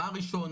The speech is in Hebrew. מה ראשון,